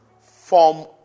form